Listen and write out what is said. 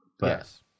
Yes